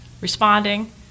responding